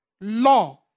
law